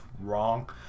wrong